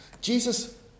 Jesus